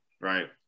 right